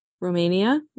Romania